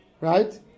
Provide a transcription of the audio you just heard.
right